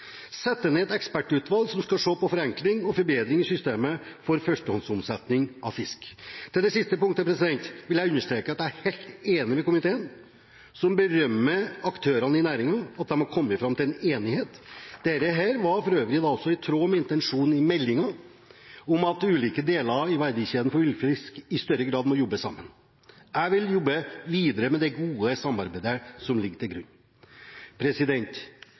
sette ned et ekspertutvalg som skal se på forenklinger og forbedringer i systemet for førstehåndsomsetning av fisk. Til det siste punktet vil jeg understreke at jeg er helt enig med komiteen, som berømmer at aktørene i næringen har kommet til en enighet. Dette var for øvrig også i tråd med intensjonen i meldingen om at de ulike delene av verdikjeden for villfisk i større grad må jobbe sammen. Jeg vil jobbe videre med det gode samarbeidet som ligger til grunn.